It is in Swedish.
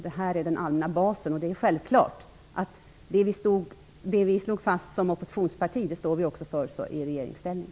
Detta är den allmänna basen, och det är självklart att det som vi socialdemokrater slog fast i oppositionsställning står vi för också i regeringsställning.